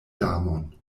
damon